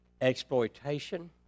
exploitation